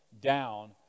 down